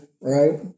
right